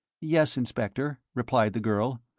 yes, inspector, replied the girl.